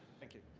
thank you.